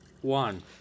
One